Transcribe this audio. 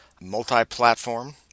multi-platform